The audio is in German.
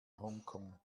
hongkong